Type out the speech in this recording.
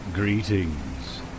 Greetings